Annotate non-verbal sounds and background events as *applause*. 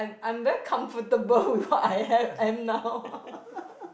I'm very comfortable with what I am am now *laughs*